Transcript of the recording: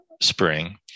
spring